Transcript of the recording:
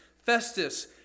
Festus